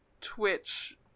twitch